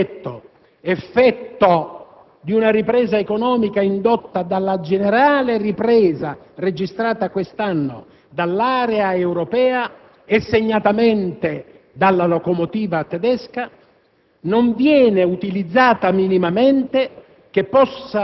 con le sopravvenienze del gettito tributario - effetto di una ripresa economica indotta dalla generale ripresa registrata quest'anno dall'area europea e, segnatamente, dalla locomotiva tedesca